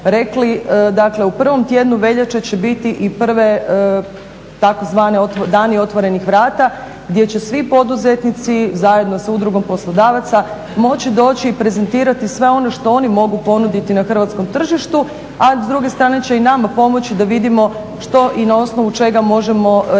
Dakle u prvom tjednu veljače će biti i prve takozvane dani otvorenih vrata gdje će svi poduzetnici zajedno s Udrugom poslodavaca moći doći i prezentirati sve ono što oni mogu ponuditi na hrvatskom tržištu, a s druge strane će i nama pomoći da vidimo što i na osnovu čega možemo raditi